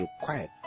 required